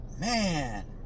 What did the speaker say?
Man